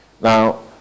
now